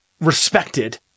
respected